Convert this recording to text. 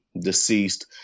deceased